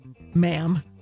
ma'am